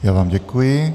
Já vám děkuji.